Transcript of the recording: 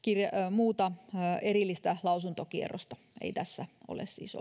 muuta erillistä lausuntokierrosta ei tässä ole siis